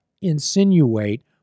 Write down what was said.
insinuate